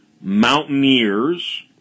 mountaineers